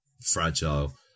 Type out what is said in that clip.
fragile